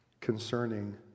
concerning